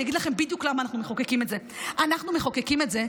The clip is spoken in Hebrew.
אני אגיד לכם בדיוק למה אנחנו מחוקקים את זה.